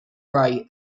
write